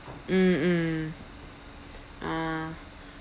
mm mm ah